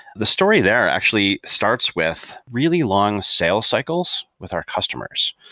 the story there actually starts with really long sale cycles with our customers.